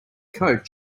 coat